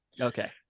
okay